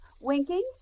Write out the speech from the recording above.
Winking